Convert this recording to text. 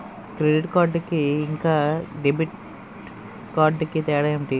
Credit card కి ఇంకా debit card కి తేడా ఏంటి?